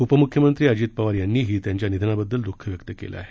उपमुख्यमंत्री अजित पवार यांनीही त्यांच्या निधनाबद्दल दुःख व्यक्त केलं आहे